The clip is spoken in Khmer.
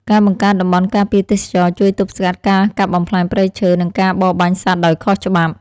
ការបង្កើតតំបន់ការពារទេសចរណ៍ជួយទប់ស្កាត់ការកាប់បំផ្លាញព្រៃឈើ និងការបរបាញ់សត្វដោយខុសច្បាប់។